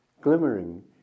glimmering